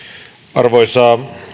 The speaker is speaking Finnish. arvoisa